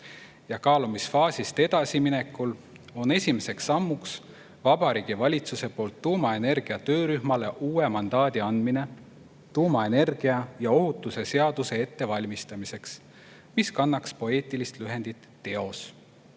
Kaalumisfaasist edasiminekul on esimeseks sammuks Vabariigi Valitsuse poolt tuumaenergia töörühmale uue mandaadi andmine tuumaenergia ja ‑ohutuse seaduse ettevalmistamiseks, mis kannaks poeetilist lühendit TEOS.